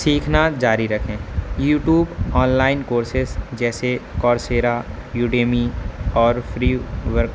سیکھنا جاری رکھیں یوٹیوب آن لائن کورسز جیسے کورسرا یوٹیمی اور فری ورک